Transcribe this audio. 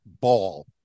ball